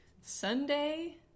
Sunday